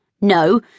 No